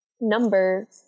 number